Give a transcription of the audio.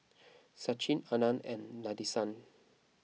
Sachin Anand and Nadesan